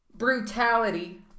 Brutality